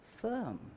firm